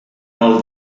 all